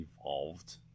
evolved